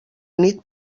nit